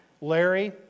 Larry